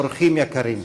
אורחים יקרים,